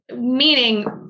meaning